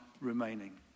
remaining